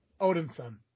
Odinson